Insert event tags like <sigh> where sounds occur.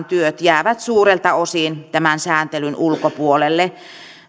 <unintelligible> työt jäävät suurelta osin tämän sääntelyn ulkopuolelle